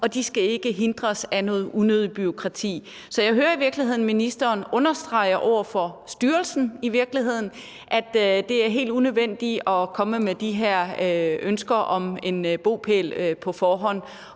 og de skal ikke hindres af noget unødigt bureaukrati. Så jeg hører i virkeligheden ministeren understrege over for styrelsen, at det er helt unødvendigt at komme med de her ønsker om en bopæl på forhånd,